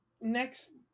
next